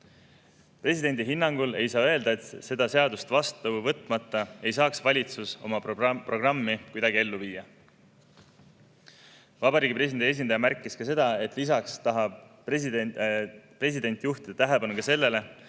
Presidendi hinnangul ei saa öelda, et seda seadust vastu võtmata ei saaks valitsus oma programmi kuidagi ellu viia. Vabariigi Presidendi esindaja märkis ka seda, et lisaks tahab president juhtida tähelepanu sellele,